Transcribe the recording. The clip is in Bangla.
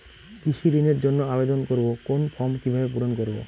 কৃষি ঋণের জন্য আবেদন করব কোন ফর্ম কিভাবে পূরণ করব?